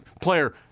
player